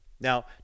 Now